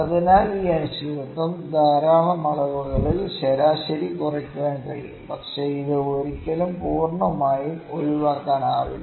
അതിനാൽ ഈ അനിശ്ചിതത്വം ധാരാളം അളവുകളിൽ ശരാശരി കുറയ്ക്കാൻ കഴിയും പക്ഷേ ഇത് ഒരിക്കലും പൂർണ്ണമായും ഒഴിവാക്കാനാവില്ല